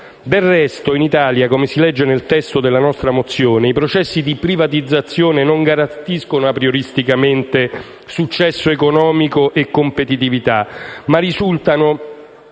Del resto, in Italia, come si legge nel testo della nostra mozione, i processi di privatizzazione non garantiscono aprioristicamente successo economico e competitività, ma risultano